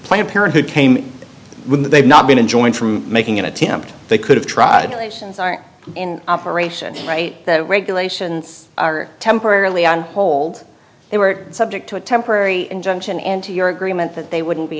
planned parenthood came when they've not been enjoined from making an attempt they could have tried in operation right the regulations are temporarily on hold they were subject to a temporary injunction and to your agreement that they wouldn't be